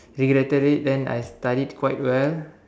regretted it then I studied quite well